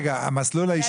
דיברנו על יישום עם